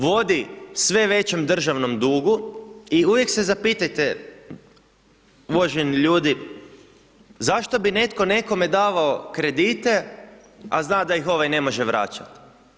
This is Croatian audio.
Vodi sve većem državnom dugu, i uvijek se zapitajte uvaženi ljudi, zašto bi netko nekome davao kredite, a zna da ih ovaj ne može vraćat?